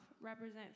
represent